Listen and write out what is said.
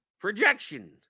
projection